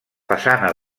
façana